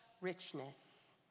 richness